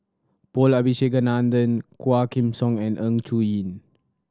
Paul Abisheganaden Quah Kim Song and Ng Choon Yee